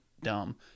dumb